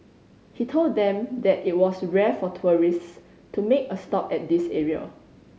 he told them that it was rare for tourists to make a stop at this area